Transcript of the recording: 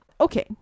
okay